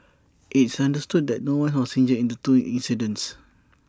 it's understood that no one was injured in the two accidents